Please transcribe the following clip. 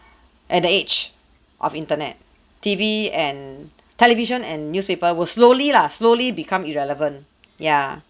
at the age of internet T_V and television and newspaper will slowly lah slowly become irrelevant yeah